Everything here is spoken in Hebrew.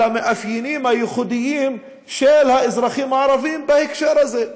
המאפיינים הייחודיים של האזרחים הערבים בהקשר הזה.